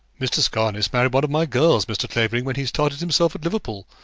mr. scarness married one of my girls, mr. clavering, when he started himself at liverpool.